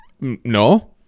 no